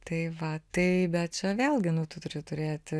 tai va tai bet čia vėlgi nu tu turi turėti